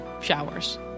showers